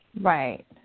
Right